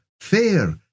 fair